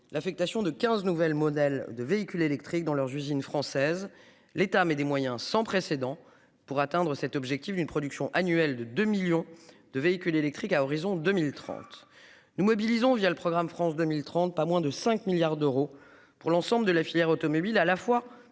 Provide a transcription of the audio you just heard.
l'affectation de 15 nouvelles modèles de véhicules électriques dans leurs usines françaises. L'État mais des moyens sans précédent pour atteindre cet objectif d'une production annuelle de 2 millions de véhicules électriques à horizon 2030. Nous mobilisons via le programme France 2030 pas moins de 5 milliards d'euros pour l'ensemble de la filière automobile à la fois